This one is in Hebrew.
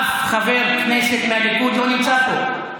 אף חבר כנסת מהליכוד לא נמצא פה.